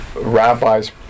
rabbis